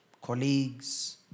colleagues